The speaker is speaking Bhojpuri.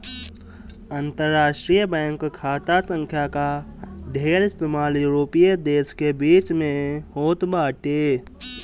अंतरराष्ट्रीय बैंक खाता संख्या कअ ढेर इस्तेमाल यूरोपीय देस के बीच में होत बाटे